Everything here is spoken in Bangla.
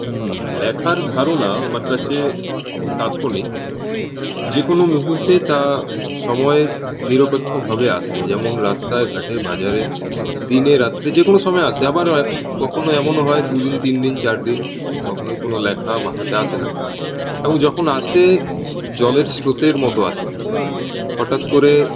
হুম লেখার ধারণা আমার কাছে তাৎক্ষণিক যেকোনও মুহূর্তেই তা সময় নিরপেক্ষভাবে আসে যেমন রাস্তায় ঘাটে বাজারে দিনে রাত্রে যেকোনও সময়ে আসে আবার কখনও এমন হয় দু দিন তিন দিন চারদিন কখনও কোনও লেখা মাথাতে আসে না এবং যখন আসে জলের স্রোতের মতো আসে হঠাৎ করে